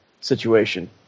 situation